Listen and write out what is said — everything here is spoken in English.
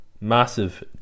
Massive